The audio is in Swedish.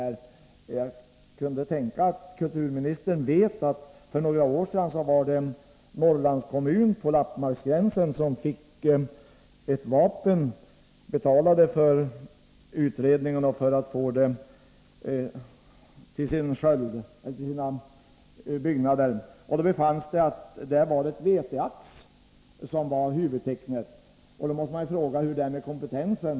Jag kunde tro att kulturministern vet att en Norrlandskommun på Lappmarksgränsen för några år sedan betalade för en utredning för att få ett vapen till sina byggnader och att det sedan befanns att ett veteax var huvudtecknet i detta vapen. Då måste man fråga sig hur det var med kompetensen.